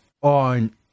on